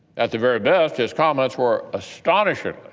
at the very best, his comments were astonishing,